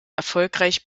erfolgreich